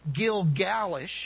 Gilgalish